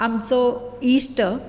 आमचो इश्ट